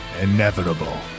inevitable